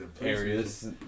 areas